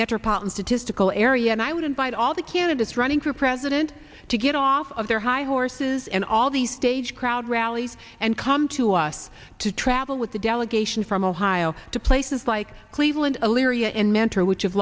metropolitan statistical area and i would invite all the candidates running for president to get off of their high horses and all these stage crowd rallies and come to us to travel with the delegation from ohio to places like cleveland elyria and mentor which have